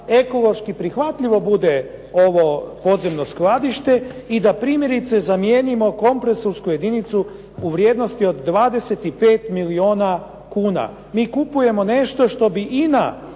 ekološki prihvatljivo bude ovo podzemno skladište i da primjerice zamijenimo kompresorsku jedinicu u vrijednosti od 25 milijuna kuna. Mi kupujemo nešto što bi INA